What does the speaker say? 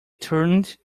turned